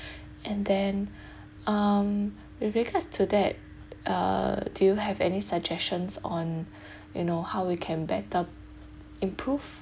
and then um with regards to that uh do you have any suggestions on you know how we can better improve